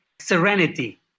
serenity